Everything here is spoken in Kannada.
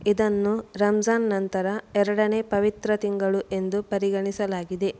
ಇದನ್ನು ರಂಜಾನ್ ನಂತರ ಎರಡನೇ ಪವಿತ್ರ ತಿಂಗಳು ಎಂದು ಪರಿಗಣಿಸಲಾಗಿದೆ